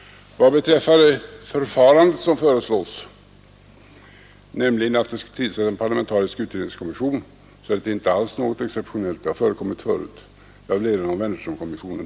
Vad beträffar det förfarande som föreslås, nämligen att det skall tillsättas en parlamentarisk utredningskommission, är det inte alls något exceptionellt. Det har förekommit förut; jag vill erinra om Wennerströmkommissionen.